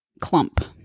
clump